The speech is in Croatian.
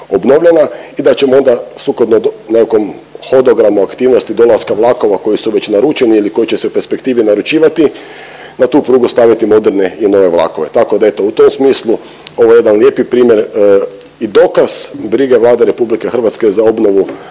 obnovljena i da ćemo onda sukladno nekakvom hodogramu aktivnosti dolaska vlakova koji su već naručeni ili koji će se u perspektivi naručivati na tu prugu staviti moderne i nove vlakove. Tako da eto u tom smislu ovo je jedan lijepi primjer i dokaz brige Vlade RH za obnovu